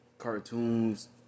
Cartoons